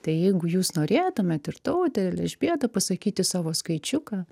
tai jeigu jūs norėtumėt ir tautė ir elžbieta pasakyti savo skaičiuką